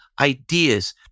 ideas